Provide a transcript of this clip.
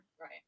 Right